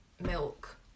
milk